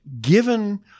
Given